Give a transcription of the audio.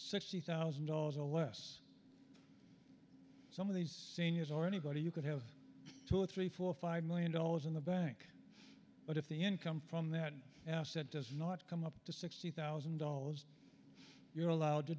sixty thousand dollars a less some of these seniors or anybody you can have two three four five million dollars in the bank but if the income from that asset does not come up to sixty thousand dollars you're allowed to